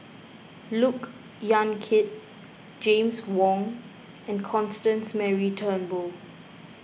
Look Yan Kit James Wong and Constance Mary Turnbull